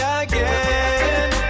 again